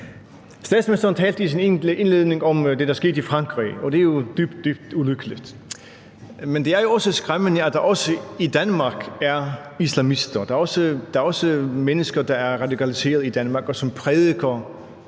Statsministeren talte i sin indledning om det, der skete i Frankrig, og det er jo dybt, dybt ulykkeligt. Men det er jo også skræmmende, at der også i Danmark er islamister, at der også er mennesker i Danmark, der er radikaliserede, og som prædiker